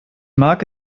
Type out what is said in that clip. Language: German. mag